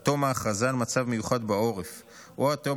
עד תום ההכרזה על מצב מיוחד בעורף או עד תום